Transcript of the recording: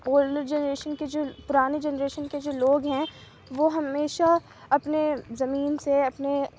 old generation کے جو پرانے جنریشن کے جو لوگ ہیں وہ ہمیشہ اپنے زمین سے اپنے